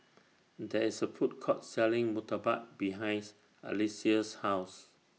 There IS A Food Court Selling Murtabak behinds Alycia's House